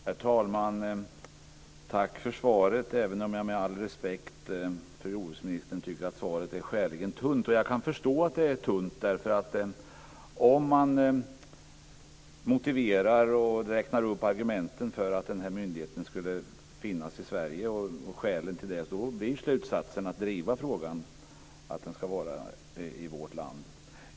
Herr talman! Tack för svaret, även jag med all respekt för jordbruksministern tycker att svaret är skäligen tunt. Jag kan förstå att det är tunt därför att om man räknar upp argumenten och skälen för att den här myndigheten skulle finnas i Sverige blir slutsatsen att driva frågan att den ska vara i vårt land.